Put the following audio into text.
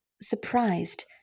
surprised